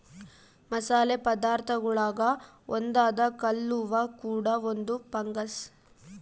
ಮಸಾಲೆ ಪದಾರ್ಥಗುಳಾಗ ಒಂದಾದ ಕಲ್ಲುವ್ವ ಕೂಡ ಒಂದು ಫಂಗಸ್